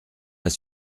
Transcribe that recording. pas